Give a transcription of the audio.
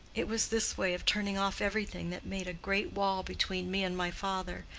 it was this way of turning off everything, that made a great wall between me and my father,